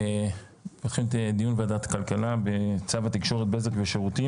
ופותחים את הדיון בוועדת כלכלה בצו התקשורת (בזק ושידורים)